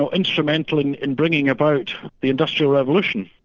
so instrumental in in bringing about the industrial revolution,